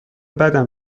بدم